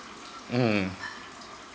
mm